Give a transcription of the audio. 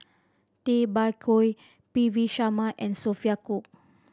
Tay Bak Koi P V Sharma and Sophia Cooke